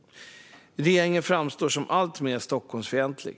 Regeringen framstår som alltmer Stockholmsfientlig.